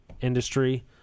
industry